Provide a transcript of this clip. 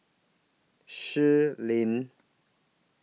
Shui Lan